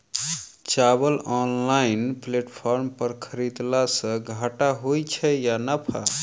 चावल online platform पर खरीदलासे घाटा होइ छै या नफा?